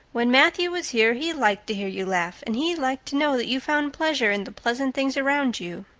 when matthew was here he liked to hear you laugh and he liked to know that you found pleasure in the pleasant things around you,